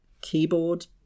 keyboard